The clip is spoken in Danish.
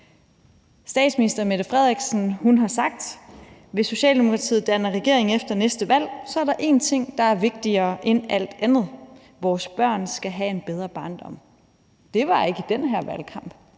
Statsministeren har sagt: »Hvis Socialdemokratiet danner regering efter næste valg, så er der en ting, der er vigtigere end alt andet: Vores børn skal have en bedre barndom.« Det var ikke i den her valgkamp,